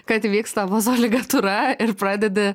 kad įvyksta vazoligatūra ir pradedi